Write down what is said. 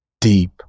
deep